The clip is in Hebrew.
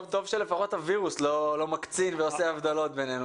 טוב שלפחות הווירוס לא מקצין ועושה הבדלות בינינו.